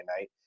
night